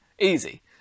Easy